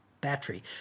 battery